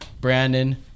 Brandon